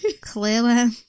Clearly